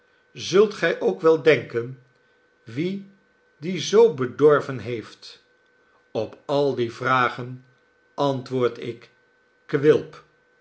zult gij ook wel denken wie dien zoo bedorven heeft op al die vragen antwoord ik quilp